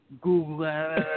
Google